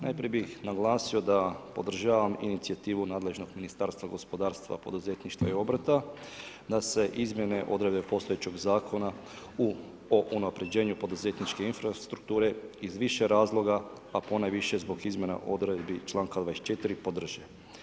Najprije bih naglasio da podržavam inicijativu nadležnog Ministarstva gospodarstva, poduzetništva i obrta da se izmjene odredbe postojećeg zakona o unapređenju poduzetničke infrastrukture, iz više razloga, a ponajviše zbog izmjena odredbi članka 24. podrže.